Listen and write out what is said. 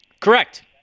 Correct